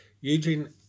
Eugene